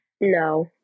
No